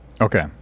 okay